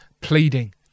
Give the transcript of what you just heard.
pleading